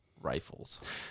rifles